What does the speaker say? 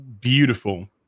beautiful